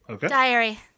Diary